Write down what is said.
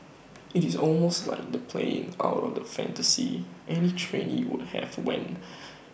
IT is almost like the playing out of A fantasy any trainee would have when